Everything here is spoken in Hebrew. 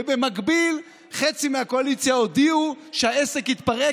ובמקביל חצי מהקואליציה הודיעו שהעסק יתפרק